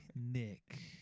Nick